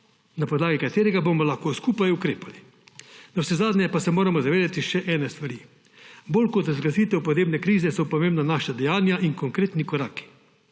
na podlagi katerega bomo lahko skupaj ukrepali. Navsezadnje pa se moramo zavedati še ene stvari. Bolj kot razglasitev podnebne krize so pomembna naša dejanja in konkretni koraki.